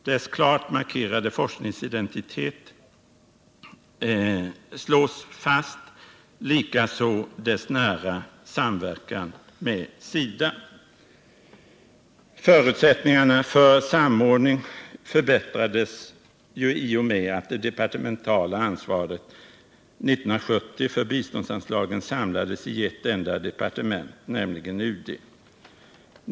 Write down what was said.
Dess klart markerade forskningsidentitet slås fast, likaså dess nära samverkan med SIDA. Förutsättningarna för samordning förbättrades i och med att det departementala ansvaret för biståndsanslagen 1970 samlades i ett enda departement, nämligen UD.